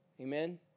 Amen